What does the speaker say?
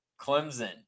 Clemson